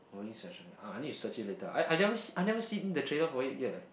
holy session I need to search it later I I never I never seen the trailer for it yet eh